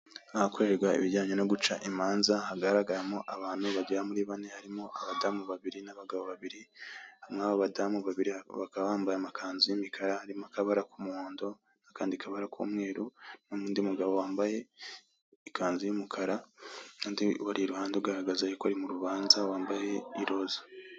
Ahakorerwa ibijyanye no guca impanza hagaragaramo abantu bagera kuri bane harimo abadamu babiri n'abagabo babiri hamwa abo badamu babiri bakaba bambaye amakanzu y'imikara harimo akabara k'umuhondo n'akandi kabara k'umweru n'undi mugabo ikanzu y'umukara n'undi umur'iruhande ugaragaza ko ari mu rubaza wambaye iroza.